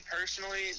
personally